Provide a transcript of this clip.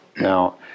Now